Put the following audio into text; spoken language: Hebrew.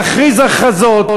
להכריז הכרזות,